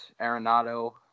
Arenado